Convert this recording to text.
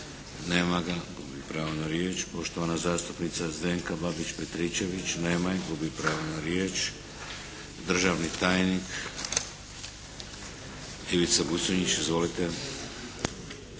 Nema ga. Gubi pravo na riječ. Poštovana zastupnica Zdenka Babić Petričević. Nema je. Gubi pravo na riječ. Državni tajnik Ivica Buconjić. Izvolite!